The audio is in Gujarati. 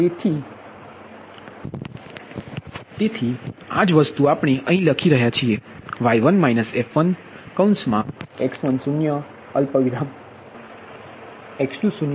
તેથી આ જ વસ્તુ આપણે અહીં લખી રહ્યા છીએ y1 f1x10x20 xn0 પછી y2 f2x10x20 xn0